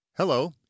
Hello